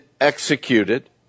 executed